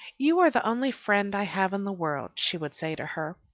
you are the only friend i have in the world, she would say to her.